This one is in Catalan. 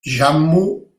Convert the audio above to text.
jammu